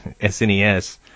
SNES